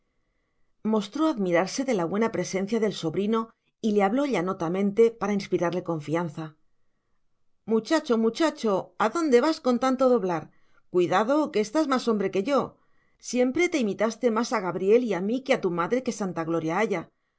mostró admirarse de la buena presencia del sobrino y le habló llanotamente para inspirarle confianza muchacho muchacho a dónde vas con tanto doblar cuidado que estás más hombre que yo siempre te imitaste más a gabriel y a mí que a tu madre que santa gloria haya